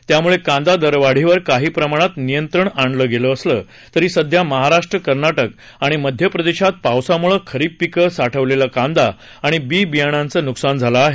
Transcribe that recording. त्यामुळ कांदा दरवाढीवर काही प्रमाणात नियंत्रण आणलं असलं तरी सध्या महाराष्ट्र कर्नाटक आणि मध्य प्रदेशात पावसामुळं खरीप पिकं साठवलेला कांदा आणि बी बियाणांचं नुकसान झालं आहे